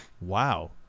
wow